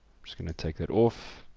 just going to take that off.